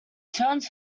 turned